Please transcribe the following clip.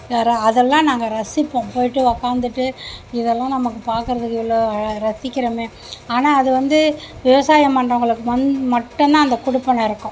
அதெல்லாம் நாங்கள் ரசிப்போம் போய்விட்டு உக்காந்துட்டு இதெல்லாம் நமக்கு பார்க்கறதுக்கு இவ்வளோ அழ ரசிக்கிறோமே ஆனால் அது வந்து விவசாயம் பண்றவங்களுக்கு வந் மட்டும் தான் அந்த கொடுப்பனை இருக்கும்